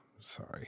sorry